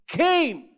came